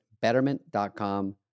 Betterment.com